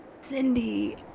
Cindy